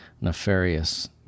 nefarious